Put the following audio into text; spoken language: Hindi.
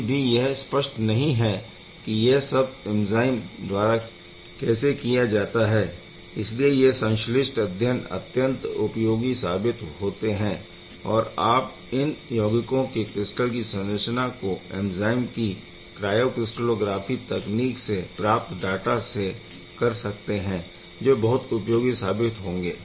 अभी भी यह स्पष्ट नहीं है की यह सब एंज़ाइम द्वारा कैसे किया जाता है इसलिए यहाँ संश्लिष्ट अध्ययन अत्यंत उपयोगी साबित होते है और आप इन यौगिकों के क्रिस्टल की संरचना को एंज़ाइम की क्रायो क्रिस्टैलोग्राफ़ी तकनीक से प्राप्त डाटा से कर सकते है जो बहुत उपयोगी साबित होंगे